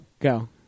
Go